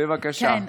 בבקשה.